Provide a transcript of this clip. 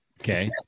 Okay